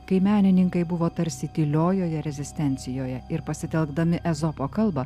kai menininkai buvo tarsi tyliojoje rezistencijoje ir pasitelkdami ezopo kalbą